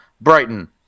Brighton